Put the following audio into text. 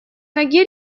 ноги